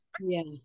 Yes